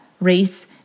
race